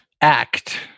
act